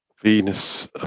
Venus